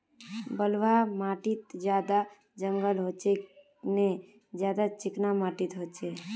बलवाह माटित ज्यादा जंगल होचे ने ज्यादा चिकना माटित होचए?